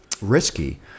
risky